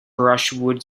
brushwood